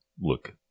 look